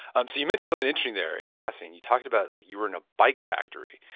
um so you mentioned something interesting there in passing. you talked about like you were in a bike factory.